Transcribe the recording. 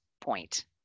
point